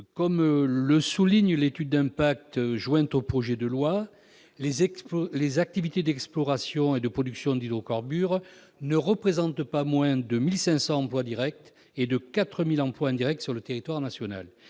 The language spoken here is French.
Comme le souligne l'étude d'impact jointe au projet de loi, les activités d'exploration et de production d'hydrocarbures représentent pas moins de 1 500 emplois directs et 4 000 emplois indirects sur le territoire national.